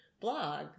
blog